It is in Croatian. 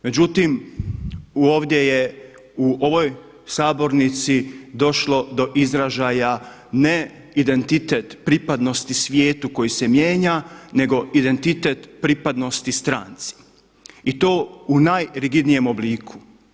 Međutim, ovdje u ovoj sabornici došlo do izražaja ne identitete pripadnosti svijetu koji se mijenja, nego identitet pripadnosti stranci i to u najrigidnijem obliku.